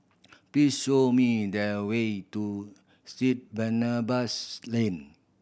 please show me the way to Street Barnabas Lane